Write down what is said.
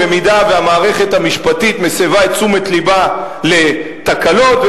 אם המערכת המשפטית מסבה את תשומת לבה לתקלות,